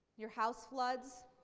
your house floods.